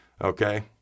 Okay